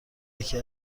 یکی